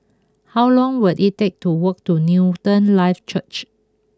how long will it take to walk to Newton Life Church